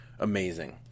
amazing